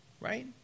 Right